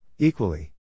Equally